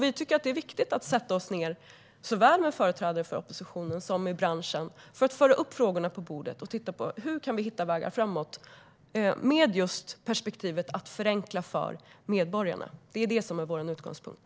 Vi tycker att det är viktigt att sätta oss ned med företrädare för såväl oppositionen som branschen för att föra upp frågorna på bordet och titta på hur vi kan hitta vägar framåt med perspektivet att förenkla för medborgarna. Det är vår utgångspunkt.